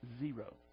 Zero